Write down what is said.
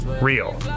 real